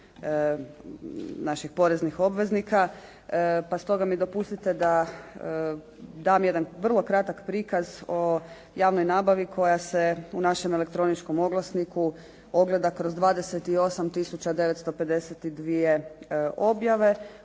naših poreznih obveznika, pa stoga mi dopustite da dam jedan vrlo kratak prikaz o javnoj nabavi koja se u našem elektroničkom oglasniku ogleda kroz 28952 objave